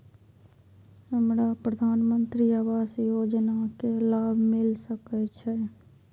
हमरा प्रधानमंत्री आवास योजना के लाभ मिल सके छे?